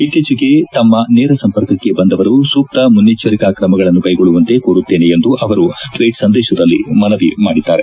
ಇತ್ತೀಚಿಗೆ ತಮ್ಮ ನೇರ ಸಂಪರ್ಕಕ್ಕೆ ಬಂದವರು ಸೂಕ್ತ ಮುನ್ನೆಚ್ಚರಿಕಾ ಕ್ರಮಗಳನ್ನು ಕೈಗೊಳ್ಳುವಂತೆ ಕೋರುತ್ತೇನೆ ಎಂದು ಅವರು ಟ್ವೀಟ್ ಸಂದೇಶದಲ್ಲಿ ಮನವಿ ಮಾಡಿದ್ದಾರೆ